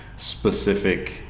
specific